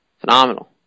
Phenomenal